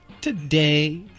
today